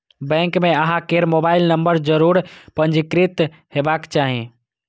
bank मे अहां केर मोबाइल नंबर जरूर पंजीकृत हेबाक चाही